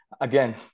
again